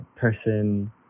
person